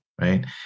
right